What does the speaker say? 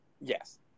Yes